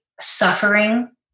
suffering